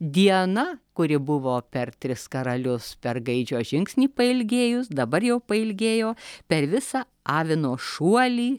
diena kuri buvo per tris karalius per gaidžio žingsnį pailgėjus dabar jau pailgėjo per visą avino šuolį